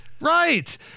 Right